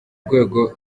urwego